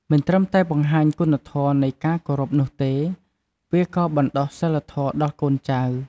មិនត្រឹមតែបង្ហាញគុណធម៌នៃការគោរពនោះទេ វាក៏បណ្តុះសីលធម៌ដល់កូនចៅ។